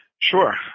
Sure